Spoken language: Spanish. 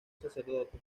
sacerdote